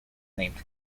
named